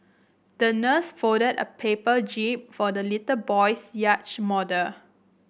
the nurse folded a paper jib for the little boy's yacht model